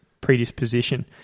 predisposition